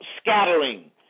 scattering